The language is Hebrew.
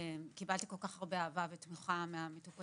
קיבלתי כל כך הרבה אהבה ותמיכה מהמטופלים,